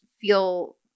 feel